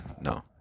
no